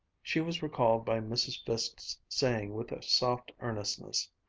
she was recalled by mrs. fiske's saying with a soft earnestness,